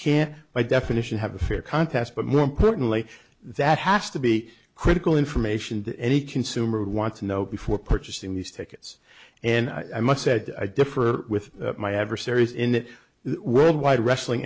can't by definition have a fair contest but more importantly that has to be critical information that any consumer would want to know before purchasing these tickets and i must said i differ with my adversaries in that the world wide wrestling